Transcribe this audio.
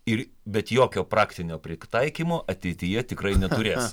ir bet jokio praktinio pritaikymo ateityje tikrai neturės